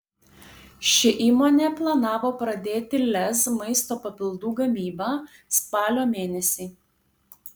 ši įmonė planavo pradėti lez maisto papildų gamybą spalio mėnesį